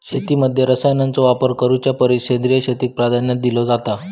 शेतीमध्ये रसायनांचा वापर करुच्या परिस सेंद्रिय शेतीक प्राधान्य दिलो जाता